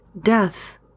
death